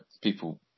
people